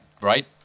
Right